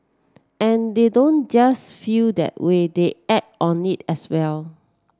and they don't just feel that way they act on it as well